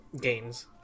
games